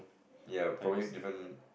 ya probably different